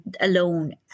alone